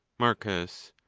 marcus.